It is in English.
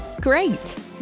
Great